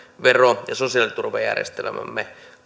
vero ja sosiaaliturvajärjestelmämme